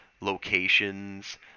locations